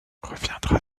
reviendra